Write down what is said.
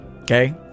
okay